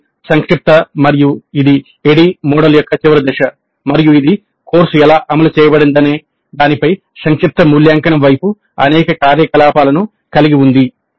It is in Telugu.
ఇది సం క్షిప్త మరియు ఇది ADDIE మోడల్ యొక్క చివరి దశ మరియు ఇది కోర్సు ఎలా అమలు చేయబడిందనే దానిపై సంక్షిప్త మూల్యాంకనం వైపు అనేక కార్యకలాపాలను కలిగి ఉంది